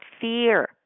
fear